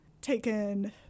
taken